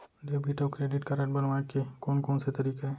Debit अऊ credit card बनवाए के कोन कोन से तरीका हे?